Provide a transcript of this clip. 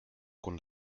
con